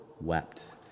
wept